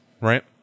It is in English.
Right